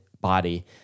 body